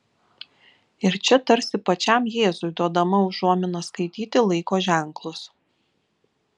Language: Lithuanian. ir čia tarsi pačiam jėzui duodama užuomina skaityti laiko ženklus